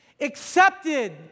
accepted